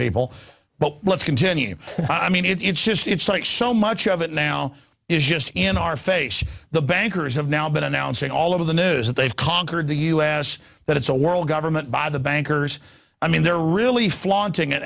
people but let's continue i mean it's just it's like so much of it now is just in our face the bankers have now been announcing all over the news that they've conquered the us that it's a world government by the bankers i mean they're really flaunting it